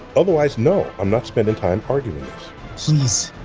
otherwise, no, i'm not spending time arguing this. please,